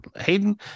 Hayden